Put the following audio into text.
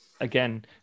Again